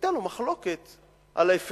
היתה לו מחלוקת על האפקטיביות